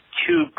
two